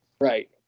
Right